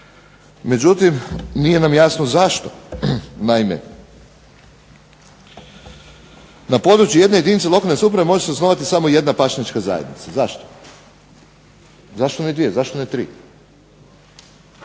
međutim nije nam jasno zašto. Na području jedinice lokalne samouprave može se osnovati samo jedna pašnjačka zajednica, zašto? Zašto ne dvije, tri.